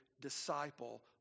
disciple